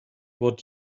what